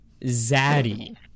Zaddy